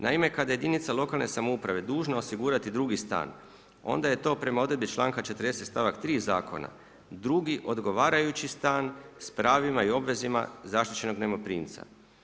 Naime, kada je jedinica lokalne samouprave dužna osigurati drugi stan onda je to prema odredbi članka 40. stavak 3. zakona drugi odgovarajući stan sa pravima i obvezama zaštićenog najmoprimca.